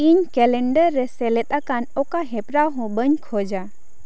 ᱤᱧ ᱠᱮᱞᱮᱱᱰᱟᱨ ᱨᱮ ᱥᱮᱞᱮᱫ ᱟᱠᱟᱱ ᱚᱠᱟ ᱦᱮᱯᱨᱟᱣ ᱦᱚᱸ ᱵᱟᱹᱧ ᱠᱷᱚᱡᱟ